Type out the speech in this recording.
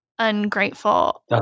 Ungrateful